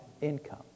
income